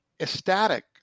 ecstatic